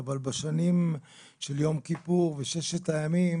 אבל בשנים של יום כיפור וששת הימים